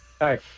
Hi